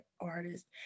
artist